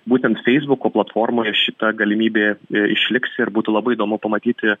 būtent feisbuko platformoje šita galimybė išliks ir būtų labai įdomu pamatyti